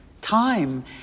Time